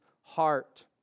heart